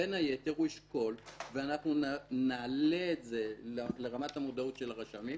בין היתר הוא ישקול ונעלה את זה לרמת המודעות של הרשמים.